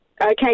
Okay